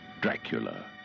Dracula